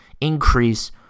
increase